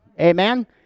Amen